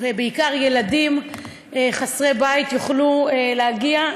ובעיקר ילדים חסרי בית יוכלו להגיע.